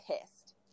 pissed